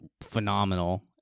phenomenal